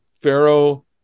Pharaoh